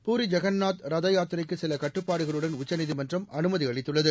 பூரி ஜெகந்நாத் ரத யாத்திரைக்கு சில கட்டுப்பாடுகளுடன் உச்சநீதிமன்றம் அனுமதி அளித்துள்ளது